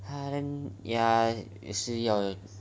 ha then ya 也是要 take